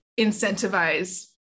incentivize